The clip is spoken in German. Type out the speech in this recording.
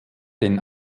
den